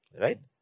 right